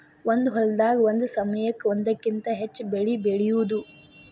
ಒಂದ ಹೊಲದಾಗ ಒಂದ ಸಮಯಕ್ಕ ಒಂದಕ್ಕಿಂತ ಹೆಚ್ಚ ಬೆಳಿ ಬೆಳಿಯುದು